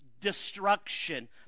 destruction